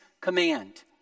command